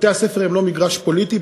בתי-הספר הם לא מגרש פוליטי,